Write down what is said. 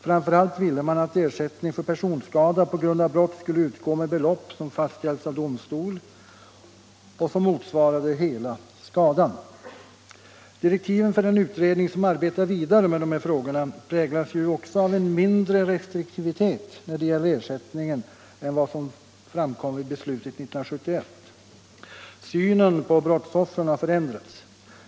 Framför allt ville man att ersättning för personskada på grund av brott skulle utgå med belopp som fastställts av domstol och som motsvarade hela skadan. Direktiven för den utredning som arbetar vidare med dessa frågor präglas ju också av en mindre restriktivitet när det gäller ersättningen än vad som framkom vid beslutet 1971. Synen på brottsoffren har förändrats.